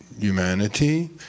humanity